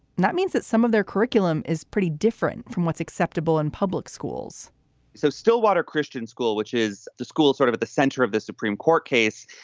and that means that some of their curriculum is pretty different from what's acceptable in public schools so stillwater christian school, which is the school sort of at the center of this supreme court case,